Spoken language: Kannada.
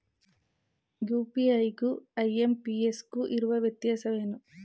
ಯು.ಪಿ.ಐ ಗು ಐ.ಎಂ.ಪಿ.ಎಸ್ ಗು ಇರುವ ವ್ಯತ್ಯಾಸವೇನು?